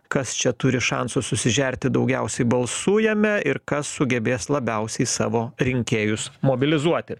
kas čia turi šansų susižerti daugiausiai balsų jame ir kas sugebės labiausiai savo rinkėjus mobilizuoti